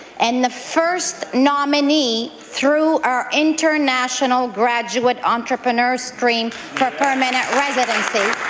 and the first nominee through our international graduate entrepreneur stream for permanent residency